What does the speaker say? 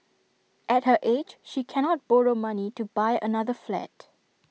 at her age she cannot borrow money to buy another flat